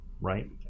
right